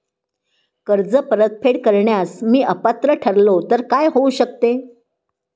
कर्ज परतफेड करण्यास मी अपात्र ठरलो तर काय होऊ शकते?